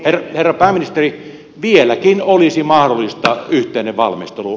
herra pääministeri vieläkin olisi mahdollista yhteinen valmistelu